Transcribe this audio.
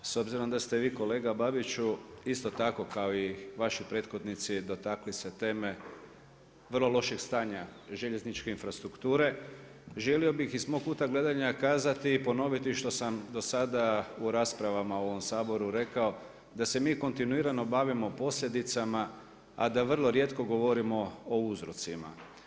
S obzirom da ste vi kolega Babiću, isto tako kao i vaši prethodnici dotakli se teme, vrlo loših stanja željezničke infrastrukture, želio bih iz mog kuta gledanja kazati i ponoviti što sam do sada u raspravlja u ovom Saboru rekao da se mi kontinuirano bavimo posljedicama a da vrlo rijetko govorimo o uzrocima.